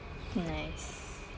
nice